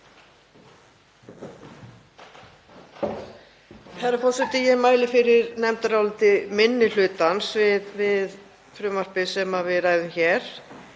Herra forseti. Ég mæli fyrir nefndaráliti minni hlutans við frumvarpið sem við ræðum hér.